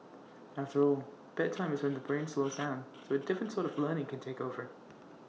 after all bedtime is when the brain slows down so A different sort of learning can take over